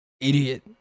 idiot